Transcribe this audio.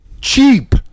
Cheap